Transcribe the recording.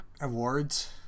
awards